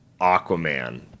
Aquaman